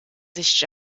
sich